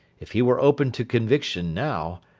if he were open to conviction, now,